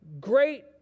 great